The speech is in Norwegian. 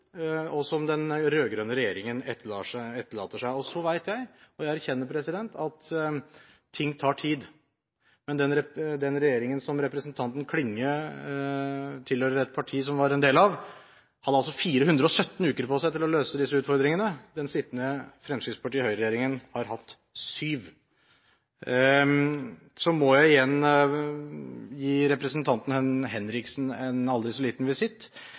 og som den rød-grønne regjeringen etterlater seg. Så vet jeg, og jeg erkjenner, at ting tar tid, men det tidligere regjeringspartiet som representanten Klinge tilhører, hadde altså 417 uker på seg til å løse disse utfordringene. Den sittende Høyre–Fremskrittsparti-regjeringen har hatt syv uker. Så må jeg igjen avlegge representanten Henriksen en aldri så liten visitt.